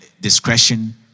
discretion